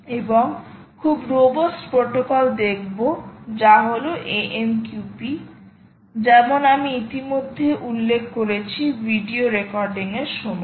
এবং খুব robust protocol দেখব যা হলো AMQP যেমন আমি ইতিমধ্যে উল্লেখ করেছি ভিডিও রেকর্ডিংয়ের সময়